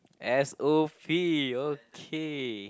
s_o_p okay